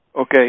okay